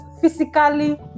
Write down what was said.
physically